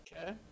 Okay